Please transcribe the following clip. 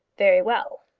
very well.